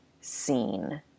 seen